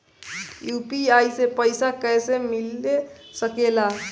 UPI से पइसा कईसे मिल सके ला?